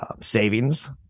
savings